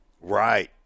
Right